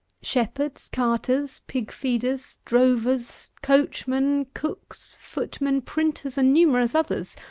shepherds, carters, pigfeeders, drovers, coachmen, cooks, footmen, printers, and numerous others,